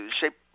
shape